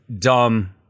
dumb